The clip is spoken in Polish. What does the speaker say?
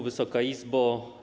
Wysoka Izbo!